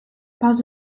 pas